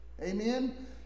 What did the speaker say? Amen